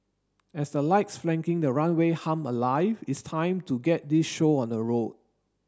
as the lights flanking the runway hum alive it's time to get this show on the road